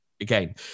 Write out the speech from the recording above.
again